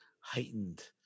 heightened